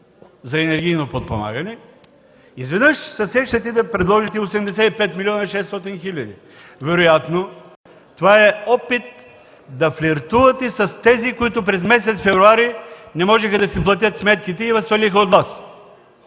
за енергийно подпомагане, изведнъж се сещате да предложите 85 млн. 600 хил. лв. Вероятно това е опит да флиртувате с тези, които през месец февруари не можеха да си платят сметките и Ви свалиха от власт,